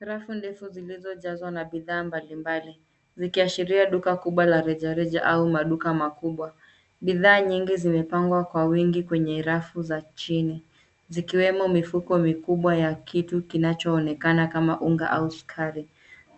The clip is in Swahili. Rafu ndefu zilizojazwa na bidhaa mbalimbali, zikiashiria duka kubwa la rejareja au maduka makubwa. Bidhaa nyingi zimepangwa kwa wingi kwenye rafu za chini zikiwemo mifuko mikubwa ya kitu kinachoonekana kama unga au sukari.